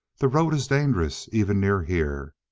the road is dangerous even near here,